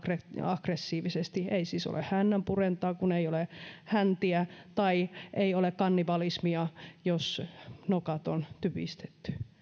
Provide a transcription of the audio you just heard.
aggressiivisesti ei siis ole hännän purentaa kun ei ole häntiä tai ei ole kannibalismia jos nokat on typistetty